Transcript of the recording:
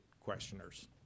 questioners